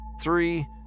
Three